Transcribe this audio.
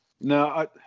No